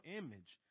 image